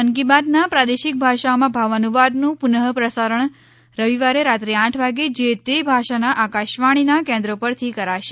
મન કી બાતના પ્રાદેશિક ભાષાઓમાં ભાવાનુવાદનું પુનઃ પ્રસારણ રવિવારે રાત્રે આઠ વાગે જે તે ભાષાના આકાશવાણીના કેન્દ્રો પરથી કરાશે